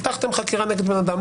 פתחתם חקירה נגד בן אדם,